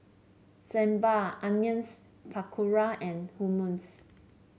Sambar Onions Pakora and Hummus